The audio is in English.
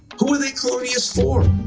who are they colonialists for?